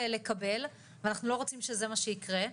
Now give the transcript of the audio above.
לקבל ואנחנו לא רוצים שזה מה שיקרה.